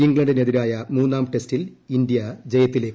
ഇംഗ്ലണ്ടിനെതിരായ മൂന്നാം ടെസ്റ്റിൽ ഇന്തൃ ജയത്തിലേക്ക്